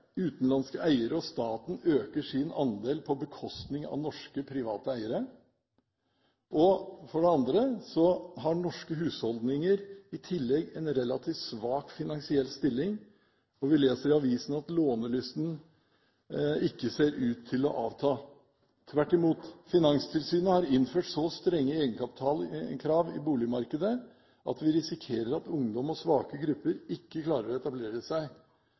Utenlandske eiere og staten øker sin andel på bekostning av norske, private eiere. For det andre har norske husholdninger i tillegg en relativt svak finansiell stilling, og vi leser i avisen at lånelysten ikke ser ut til å avta. Tvert imot: Finanstilsynet har innført så strenge egenkapitalkrav i boligmarkedet at vi risikerer at ungdom og svake grupper ikke klarer å etablere seg,